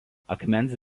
akmens